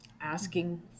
asking